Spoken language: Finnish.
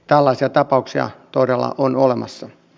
tällaisia tapauksia todella on olemassa